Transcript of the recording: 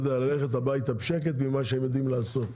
ללכת הביתה בשקט ממה שהם יודעים לעשות,